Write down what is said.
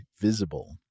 Visible